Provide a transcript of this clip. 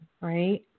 right